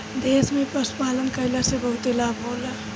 देश में पशुपालन कईला से बहुते लाभ होला